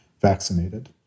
vaccinated